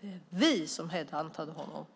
Det var vi som headhuntade honom.